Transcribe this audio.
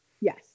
Yes